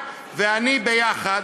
את ואני ביחד.